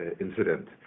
incident